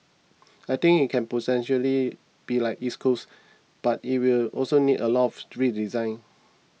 I think it can potentially be like East Coast but it will also need a lot of redesign